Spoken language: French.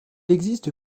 existe